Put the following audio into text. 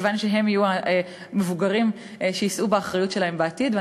כיוון שהם יהיו המבוגרים שיישאו באחריות בעתיד.